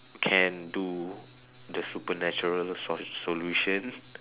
can do the supernatural so~ solution